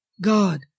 God